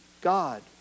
God